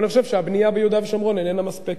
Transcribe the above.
אבל אני חושב שהבנייה ביהודה ושומרון איננה מספקת.